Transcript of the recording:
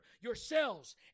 yourselves